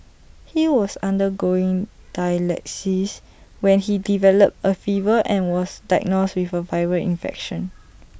he was undergoing dialysis when he developed A fever and was diagnosed with A viral infection